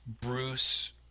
Bruce